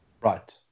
Right